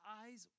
eyes